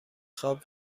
خواب